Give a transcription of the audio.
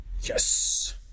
yes